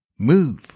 move